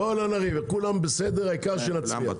בואו לא נריב, כולם בסדר, העיקר שנצליח.